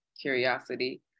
curiosity